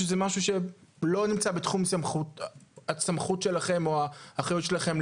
שזה משהו שלא נמצא בתחום הסמכות שלכם או האחריות שלכם,